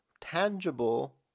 tangible